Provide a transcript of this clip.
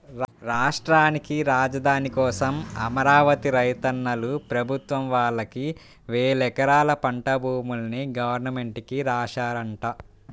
రాష్ట్రానికి రాజధాని కోసం అమరావతి రైతన్నలు ప్రభుత్వం వాళ్ళకి వేలెకరాల పంట భూముల్ని గవర్నమెంట్ కి రాశారంట